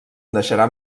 naixerà